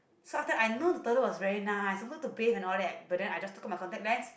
so after I know the toilet was very nice I also to bathe and all that but then I just took out my contact lens